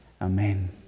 Amen